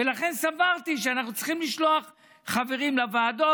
ולכן סברתי שאנחנו צריכים לשלוח חברים לוועדות,